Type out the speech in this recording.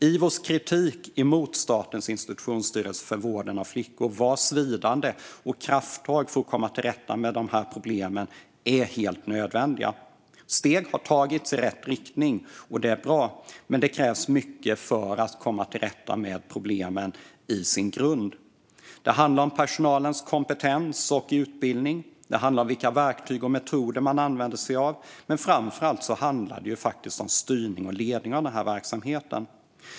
Ivos kritik mot Statens institutionsstyrelse för vården av flickor är svidande, och krafttag för att komma till rätta med problemen är helt nödvändiga. Steg har tagits i rätt riktning, vilket är bra, men det krävs mycket för att komma till rätta med problemen. Det handlar om personalens kompetens och utbildning och om vilka verktyg och metoder man använder sig av. Men framför allt handlar det om styrning och ledning av den här verksamheten.